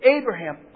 Abraham